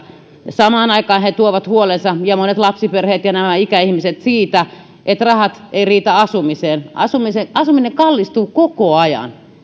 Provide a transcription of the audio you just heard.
samaan aikaan he he tuovat huolensa monet lapsiperheet ja nämä ikäihmiset siitä että rahat eivät riitä asumiseen asumiseen asuminen kallistuu koko ajan